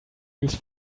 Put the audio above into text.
used